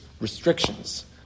restrictions